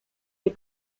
les